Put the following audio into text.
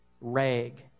rag